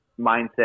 mindset